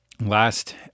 Last